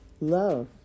Love